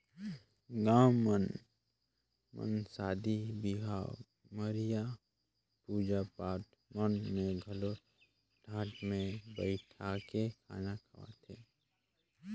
गाँव मन म सादी बिहाव, मरिया, पूजा पाठ मन में घलो टाट मे बइठाके खाना खवाथे